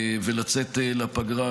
ולצאת לפגרה,